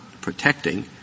protecting